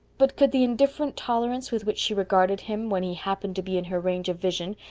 but could the indifferent tolerance with which she regarded him, when he happened to be in her range of vision,